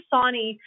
Sani